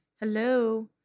hello